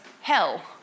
hell